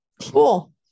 cool